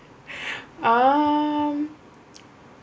oh